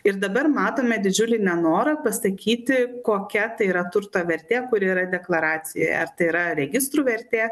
ir dabar matome didžiulį nenorą pasakyti kokia tai yra turto vertė kuri yra deklaracijoje ar tai yra registrų vertė